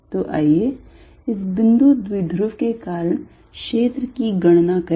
तो आइए इस बिंदु द्विध्रुव के कारण क्षेत्र की गणना करें